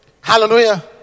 Hallelujah